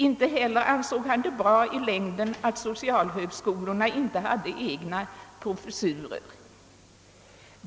Inte heller ansåg han att det i längden är bra att socialhögskolorna saknar egna pofessurer.